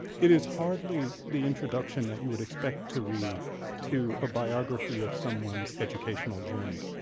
it is hardly the introduction that you would expect to read to a biography of someone's educational journey,